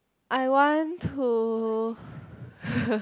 I want to